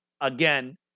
again